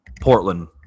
Portland